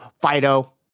Fido